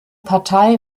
partei